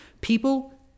People